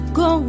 go